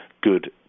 good